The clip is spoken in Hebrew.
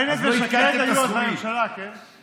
בנט ושקד היו אז בממשלה, כן?